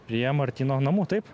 prie martyno namų taip